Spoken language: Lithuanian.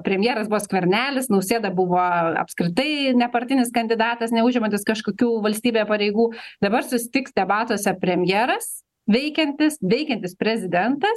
premjeras buvo skvernelis nausėda buvo apskritai nepartinis kandidatas neužimantis kažkokių valstybėje pareigų dabar susitiks debatuose premjeras veikiantis veikiantis prezidentas